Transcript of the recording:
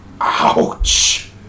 Ouch